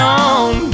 on